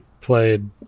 played